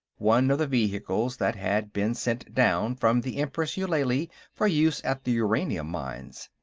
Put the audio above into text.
one of the vehicles that had been sent down from the empress eulalie for use at the uranium mines.